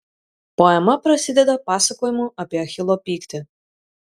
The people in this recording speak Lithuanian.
poema prasideda pasakojimu apie achilo pyktį